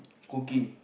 cooking